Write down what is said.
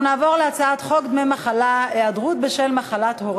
33 בעד, נמנע אחד, אין מתנגדים.